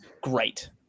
great